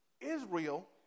Israel